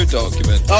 document